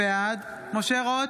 בעד משה רוט,